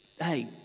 Hey